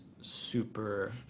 super